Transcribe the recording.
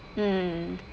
mm